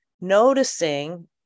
noticing